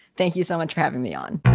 thank you so much for having me on